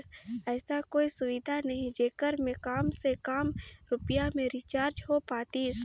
ऐसा कोई सुविधा नहीं जेकर मे काम से काम रुपिया मे रिचार्ज हो पातीस?